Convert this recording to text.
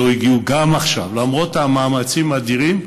גם עכשיו, למרות מאמצים אדירים,